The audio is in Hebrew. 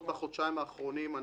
השלב הראשון בבחינת דברים היא